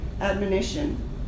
admonition